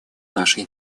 нашей